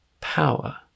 power